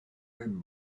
own